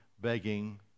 begging